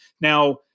Now